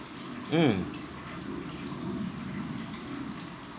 mm